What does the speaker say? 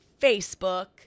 Facebook